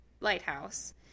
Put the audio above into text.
lighthouse